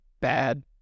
bad